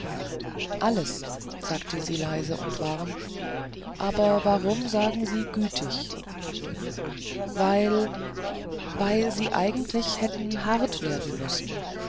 alles sagte sie leise und warm aber warum sagen sie gütig weil weil sie eigentlich hätten hart werden müssen